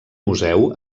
museu